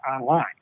online